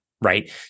right